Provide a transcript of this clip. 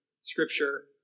scripture